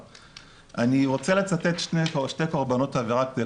אני רוצה לצטט שני קורבנות עבירה כדי